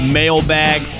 mailbag